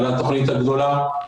על התוכנית הגדולה,